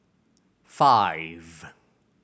five